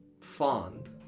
fond